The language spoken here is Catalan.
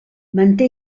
manté